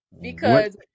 because-